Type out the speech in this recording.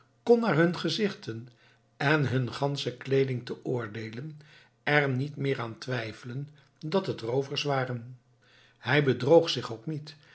kon naar hun gezichten en hun gansche kleeding te oordeelen er niet meer aan twijfelen dat het roovers waren hij bedroog zich ook niet